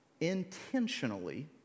intentionally